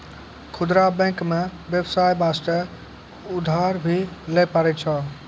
खुदरा बैंक मे बेबसाय बास्ते उधर भी लै पारै छै